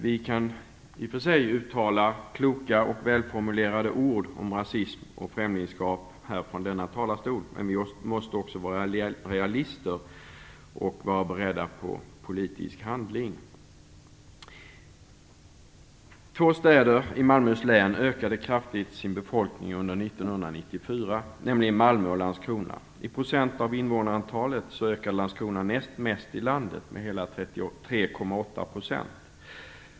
Vi kan i och för sig uttala kloka och välformulerade ord om rasism och främlingskap från denna talarstol, men vi måste också vara realister och vara beredda på politisk handling. Två städer i Malmöhus län ökade kraftigt sin befolkning under 1994, nämligen Malmö och Landskrona. I procent av invånarantalet ökade Landskrona näst mest i landet, med hela 3,8 %.